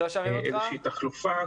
איזושהי תחלופה.